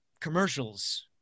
commercials